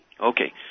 Okay